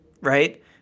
right